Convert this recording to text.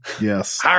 Yes